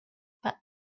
but